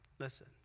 Listen